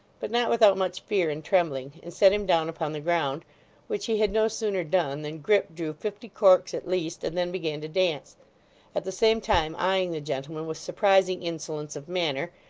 but not without much fear and trembling, and set him down upon the ground which he had no sooner done than grip drew fifty corks at least, and then began to dance at the same time eyeing the gentleman with surprising insolence of manner,